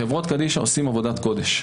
חברות קדישא עושות עבודת קודש.